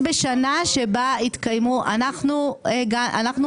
כמו עכשיו,